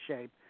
shape